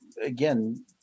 again